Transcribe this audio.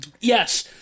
yes